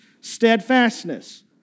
steadfastness